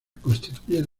constituyen